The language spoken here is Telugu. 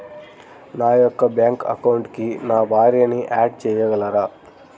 నా యొక్క బ్యాంక్ అకౌంట్కి నా భార్యని యాడ్ చేయగలరా?